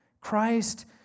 Christ